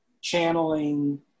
channeling